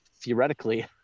theoretically